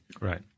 Right